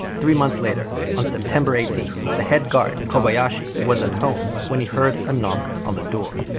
three months later, on september eighteenth, the head guard, kobayashi was at home when he heard a knock on the door.